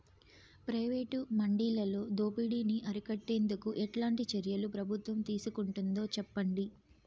Private మండీలలో దోపిడీ ని అరికట్టేందుకు ఎట్లాంటి చర్యలు ప్రభుత్వం తీసుకుంటుందో చెప్పండి?